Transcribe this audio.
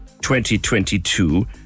2022